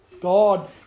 God